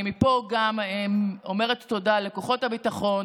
אני גם אומרת מפה תודה לכוחות הביטחון,